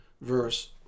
verse